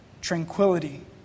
tranquility